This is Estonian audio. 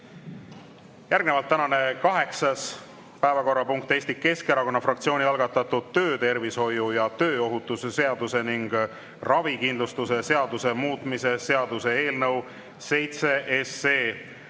välja. Tänane kaheksas päevakorrapunkt on Eesti Keskerakonna fraktsiooni algatatud töötervishoiu ja tööohutuse seaduse ning ravikindlustuse seaduse muutmise seaduse eelnõu 7